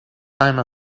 time